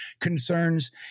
concerns